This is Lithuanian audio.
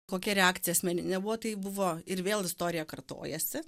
kokia reakcija asmeninė buvo tai buvo ir vėl istorija kartojasi